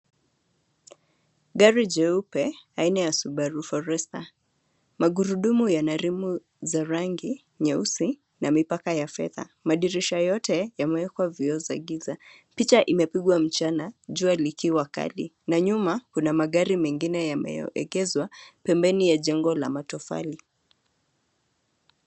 Gari jeupe aina ya Subaru forester magurudumu yana [sc] rimu za rangi nyeusi na mipaka ya fedha madirisha yote yamewekwa vioo za giza. Picha imepigwa kukiwa mchana jua likiwa kali na nyuma kuna magari mengine yameegezwa pembeni ya jengo la matofari.